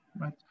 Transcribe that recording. right